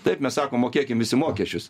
taip mes sakom mokėkim visi mokesčius